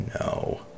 No